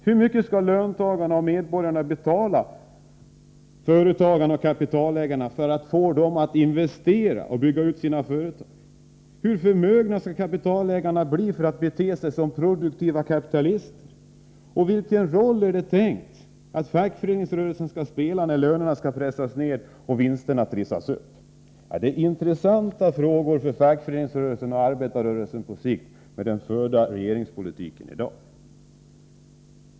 Hur mycket skall löntagarna betala kapitalägarna för att få dem att investera och bygga ut sina företag? Hur förmögna skall de bli för att bete sig som produktiva kapitalister? Vilken roll är det tänkt att fackföreningsrörelsen skall spela när lönerna pressas ned och vinsterna trissas upp? Detta är på sikt intressanta frågor för fackföreningsrörelsen och arbetarrörelsen, med tanke på den i dag förda regeringspolitiken.